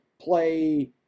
play